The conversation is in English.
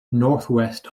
northwest